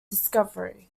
discovery